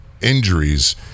injuries